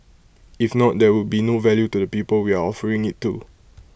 if not there would be no value to the people we are offering IT to